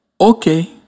Okay